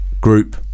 group